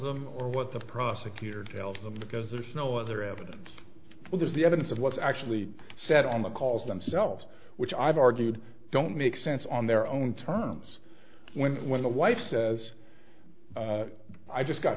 them or what the prosecutor tells them because there's no other evidence but there's the evidence of what's actually said on the calls themselves which i've argued don't make sense on their own terms when when the wife says i just got